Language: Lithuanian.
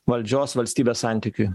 valdžios valstybės santykiui